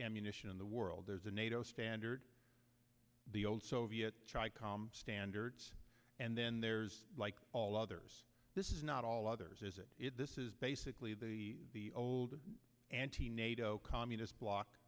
ammunition in the world there's a nato standard the old soviet calm standards and then there's like all other this is not all others is it this is basically the the old anti nato communist